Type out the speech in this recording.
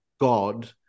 God